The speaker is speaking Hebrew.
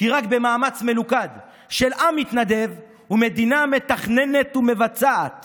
כי רק במאמץ מלוכד של עם מתנדב ומדינה מתכננת ומבצעת